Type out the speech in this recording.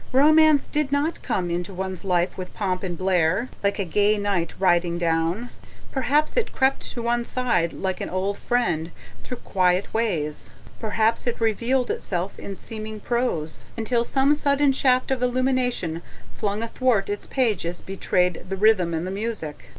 romance did not come into one's life with pomp and blare, like a gay knight riding down perhaps it crept to one's side like an old friend through quiet ways perhaps it revealed itself in seeming prose, until some sudden shaft of illumination flung athwart its pages betrayed the rhythm and the music,